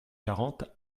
quarante